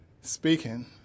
speaking